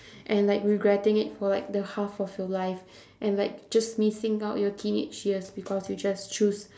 and like regretting it for like the half of your life and like just missing out your teenage years because you just choose